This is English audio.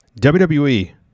WWE